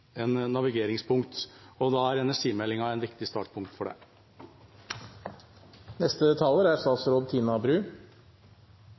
navigeringspunkt. Energimeldinga er et viktig startpunkt for det.